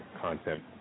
content